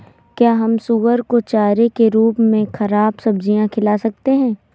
क्या हम सुअर को चारे के रूप में ख़राब सब्जियां खिला सकते हैं?